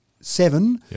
seven